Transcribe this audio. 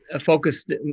focused